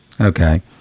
Okay